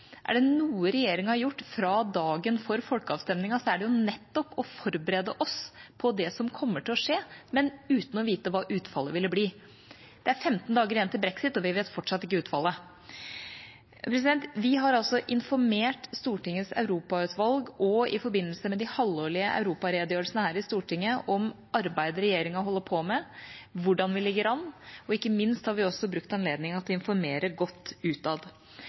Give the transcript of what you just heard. Er det noe regjeringa har gjort fra dagen for folkeavstemningen, er det nettopp å forberede oss på det som kommer til å skje, men uten å vite hva utfallet ville bli. Det er 15 dager til brexit, og vi vet fortsatt ikke utfallet. Vi har informert Stortingets europautvalg og Stortinget i forbindelse med de halvårlige europaredegjørelsene om arbeidet regjeringa holder på med, hvordan vi ligger an, og ikke minst har vi brukt anledningen til å informere godt utad.